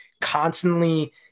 constantly